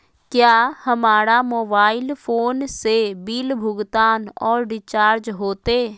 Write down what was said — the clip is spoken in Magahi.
क्या हमारा मोबाइल फोन से बिल भुगतान और रिचार्ज होते?